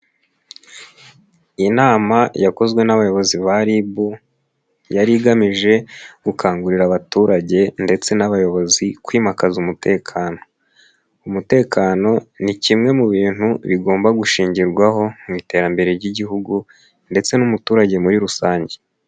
Inama yakozwe n'abayobozi ba RIB, yari igamije gukangurira abaturage ndetse n'abayobozi kwimakaza umutekano, umutekano ni kimwe mu bintu bigomba gushingirwaho mu iterambere ry'Igihugu ndetse n'umuturage muri rusange.